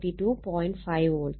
5 volt